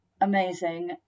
amazing